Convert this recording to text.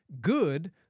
Good